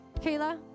Kayla